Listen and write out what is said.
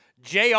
JR